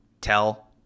tell